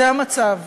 זה המצב.